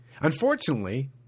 Unfortunately